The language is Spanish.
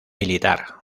militar